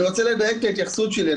אני רוצה לדייק את ההתייחסות שלי.